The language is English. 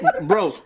Bro